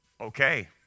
Okay